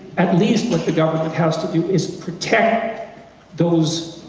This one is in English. at least what the government has to do is protect those,